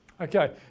Okay